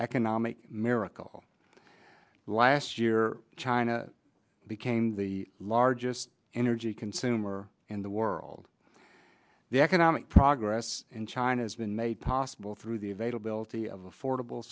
economic miracle last year china became the largest energy consumer in the world the economic progress in china has been made possible through the availability of affordable